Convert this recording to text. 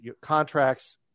contracts